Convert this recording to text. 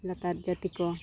ᱞᱟᱛᱟᱨ ᱡᱟᱹᱛᱤ ᱠᱚ